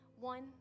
One